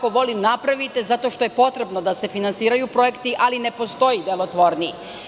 Molim vas, napravite zato što je potrebno da se finansiraju projekti, ali ne postoji delotvorniji.